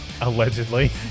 Allegedly